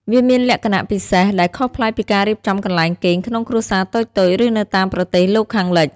វាមានលក្ខណៈពិសេស ដែលខុសប្លែកពីការរៀបចំកន្លែងគេងក្នុងគ្រួសារតូចៗ ឬនៅតាមប្រទេសលោកខាងលិច។